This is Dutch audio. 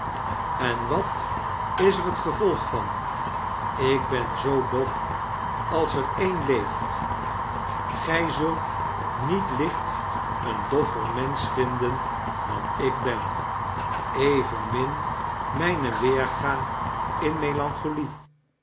en wat is er het gevolg van ik ben zoo dot als er ee'n leeft gij zult niet licht een doffer mensch vinden dan ik ben evenmin myne weerga in melancholie